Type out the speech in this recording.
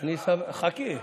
חכי.